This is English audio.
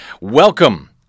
Welcome